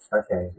okay